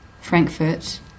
Frankfurt